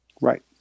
Right